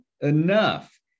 Enough